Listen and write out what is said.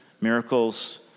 miracles